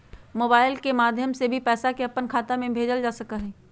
mobile के माध्यम से भी पैसा के अपन खाता में भेजल जा सका हई